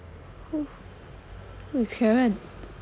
who who is caron